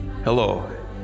Hello